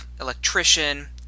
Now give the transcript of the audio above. electrician